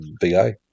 VA